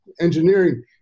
engineering